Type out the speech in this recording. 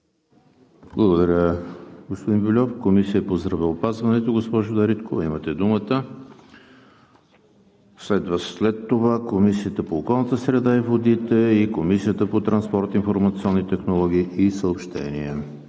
Благодаря, господин Вельов. От Комисията по здравеопазването? Госпожо Дариткова, имате думата. След това следва Комисията по околната среда и водите и Комисията по транспорт, информационни технологии и съобщения.